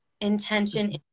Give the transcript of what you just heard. intention